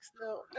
No